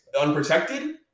unprotected